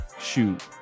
shoot